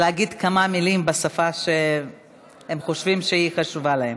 להגיד כמה מילים בשפה שהם חושבים שהיא חשובה להם.